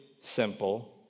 simple